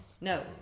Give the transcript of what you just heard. No